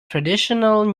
traditional